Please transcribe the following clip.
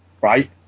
Right